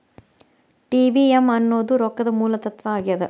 TVM ಅನ್ನೋದ್ ರೊಕ್ಕದ ಮೂಲ ತತ್ವ ಆಗ್ಯಾದ